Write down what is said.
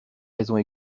raisons